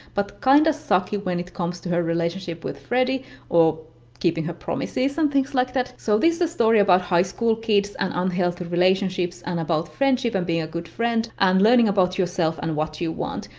but kind of sucky when it comes to her relationship with freddy or keeping her promises and things like that. so this is a story about high school kids and unhealthy relationships, and about friendship and being a good friend, and learning about yourself and what you want.